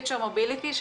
מוביליטי,